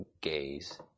gaze